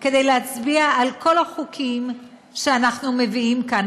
כדי להצביע על כל החוקים שאנחנו מביאים כאן,